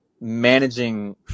managing